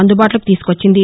అందుబాటులోకి తీసుకొచ్చింది